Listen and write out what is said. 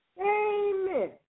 Amen